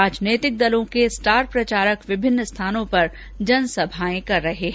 राजनीतिक दलों के स्टार प्रचारक विभिन्न स्थानों पर जनसभाएं कर रहे हैं